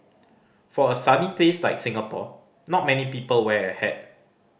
for a sunny place like Singapore not many people wear a hat